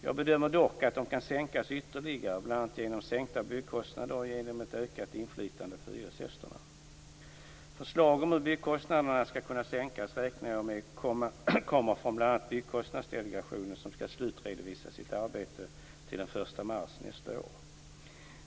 Jag bedömer dock att de kan sänkas ytterligare bl.a. genom sänkta byggkostnader och genom ett ökat inflytande för hyresgästerna. Förslag om hur byggkostnaderna kan sänkas räknar jag med kommer från bl.a. Byggkostnadsdelegationen, som skall slutredovisa sitt arbete till den 1 mars nästa år.